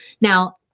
Now